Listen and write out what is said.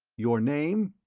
your name?